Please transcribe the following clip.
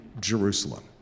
Jerusalem